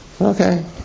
Okay